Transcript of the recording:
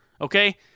okay